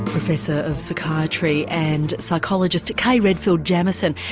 professor of psychiatry and psychologist kay redfield jamison,